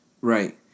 Right